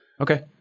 Okay